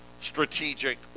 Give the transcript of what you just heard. strategic